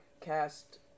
cast